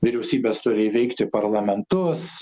vyriausybės turi įveikti parlamentus